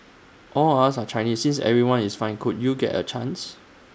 all of us are Chinese since everyone is fine could you get A chance